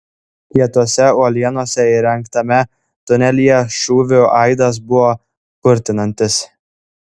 kietose uolienose įrengtame tunelyje šūvių aidas buvo kurtinantis